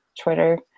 Twitter